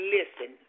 Listen